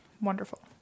Wonderful